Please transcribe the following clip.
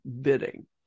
bidding